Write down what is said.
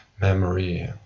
memory